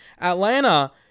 Atlanta